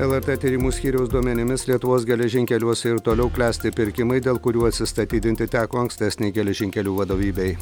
lrt tyrimų skyriaus duomenimis lietuvos geležinkeliuose ir toliau klesti pirkimai dėl kurių atsistatydinti teko ankstesnei geležinkelių vadovybei